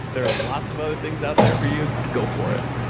there are lots of other things out there for you. go for it.